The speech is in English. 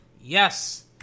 yes